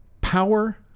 Power